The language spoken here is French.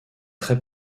très